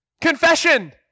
confession